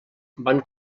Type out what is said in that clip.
van